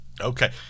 okay